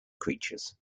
creatures